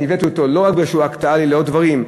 אני הבאתי אותו לא רק מפני שהוא אקטואלי לעוד דברים,